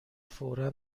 فورا